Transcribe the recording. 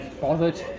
bothered